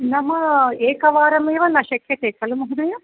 नाम एकवारमेव न शक्यते खलु महोदय